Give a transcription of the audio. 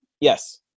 Yes